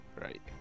right